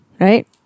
Right